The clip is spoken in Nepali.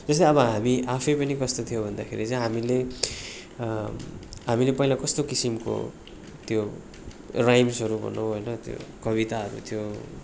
जस्तै हामी आफैँ पनि कस्तो थियौँ भन्दाखेरि चाहिँ हामीले हामीले पहिला कस्तो किसिमको त्यो राइम्सहरू भनौँ होइन त्यो कविताहरू त्यो